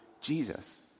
Jesus